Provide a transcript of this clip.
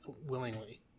willingly